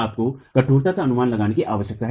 आपको कठोरता का अनुमान लगाने की आवश्यकता है